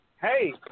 hey